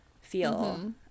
feel